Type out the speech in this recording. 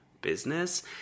business